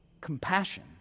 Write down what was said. compassion